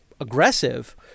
aggressive